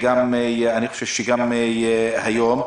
אני חושב שגם היום,